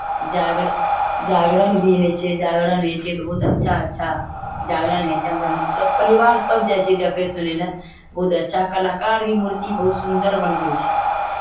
जागर जागरण भी होइ छै जागरण होइ छै तऽ बहुत अच्छा अच्छा जागरण होइ छै हमरा हम सभ परिवार सभ जाइ छियै देखय सुनय लए बहुत अच्छा कलाकार भी मूर्ति बहुत सुन्दर बनबै छै